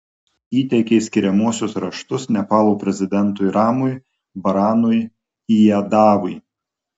įteikė skiriamuosius raštus nepalo prezidentui ramui baranui yadavui